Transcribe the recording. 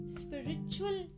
spiritual